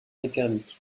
metternich